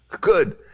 Good